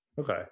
Okay